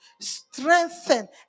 strengthen